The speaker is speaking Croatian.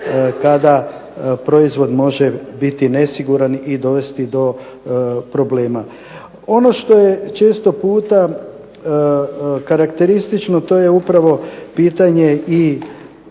kada proizvod može biti nesiguran i dovesti do problema. Ono što je često puta karakteristično to je upravo i pitanje